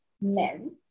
men